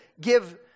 give